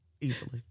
easily